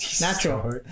natural